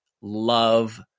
love